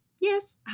Yes